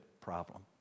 problem